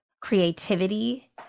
creativity